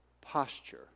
posture